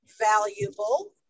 valuable